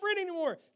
anymore